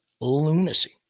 Lunacy